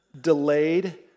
delayed